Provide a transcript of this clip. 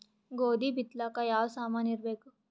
ಗೋಧಿ ಬಿತ್ತಲಾಕ ಯಾವ ಸಾಮಾನಿರಬೇಕು?